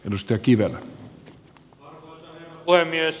arvoisa herra puhemies